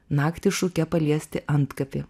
naktį šukę paliesti antkapį